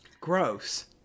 gross